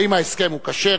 האם ההסכם כשר,